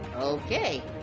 Okay